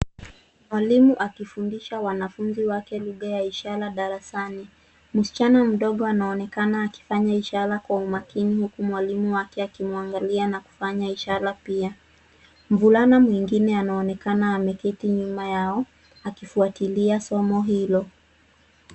Mwalimu akifundisha wanafunzi wake lugha ya ishara darasani. Msichana mdogo anaonekana akifanya ishara kwa umakini huku mwalimu wake akimwangalia na kufanya ishara pia. Mvulana mwingine anaonekana ameketi nyuma yao akifuatilia somo hilo.